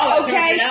okay